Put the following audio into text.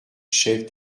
chef